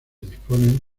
disponen